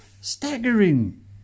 Staggering